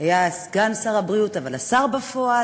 היה אז סגן שר הבריאות אבל השר בפועל,